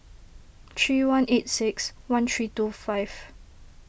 three one eight six one three two five